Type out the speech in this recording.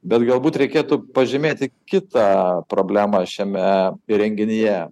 bet galbūt reikėtų pažymėti kitą problemą šiame įrenginyje